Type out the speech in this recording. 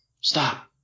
Stop